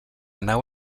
nau